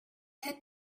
had